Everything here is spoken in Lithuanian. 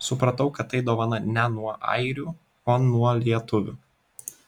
supratau kad tai dovana ne nuo airių o nuo lietuvių